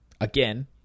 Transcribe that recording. Again